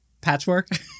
patchwork